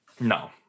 No